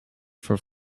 for